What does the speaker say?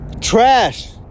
Trash